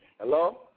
Hello